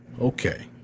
okay